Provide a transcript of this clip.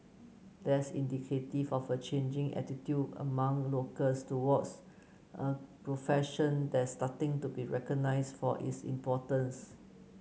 that's indicative of a changing attitude among locals towards a profession that's starting to be recognized for its importance